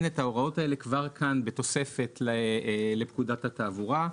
בתוספת לפקודת התעבורה.